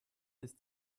ist